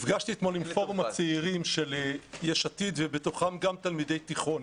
נפגשתי אתמול עם פורום הצעירים של יש עתיד ובתוכם גם תלמידי תיכון.